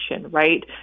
right